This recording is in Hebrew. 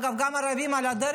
אגב, על הדרך גם ערבים מוסלמים.